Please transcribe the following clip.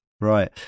right